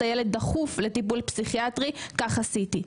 הילד דחוף לטיפול פסיכיאטרי כך עשיתי.